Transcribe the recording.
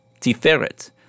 Tiferet